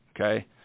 Okay